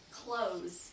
clothes